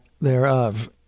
thereof